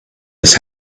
his